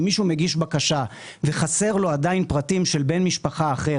אם מישהו מגיש בקשה וחסרים לו עדיין פרטים של בן משפחה אחר,